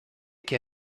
que